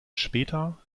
später